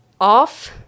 off